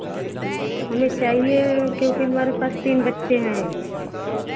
हमें चाहिए क्योंकि हमारे पास तीन बच्चे हैं